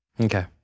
Okay